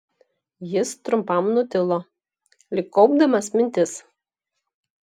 jis trumpam nutilo lyg kaupdamas mintis